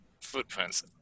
footprints